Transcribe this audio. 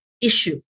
issue